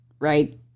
right